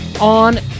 on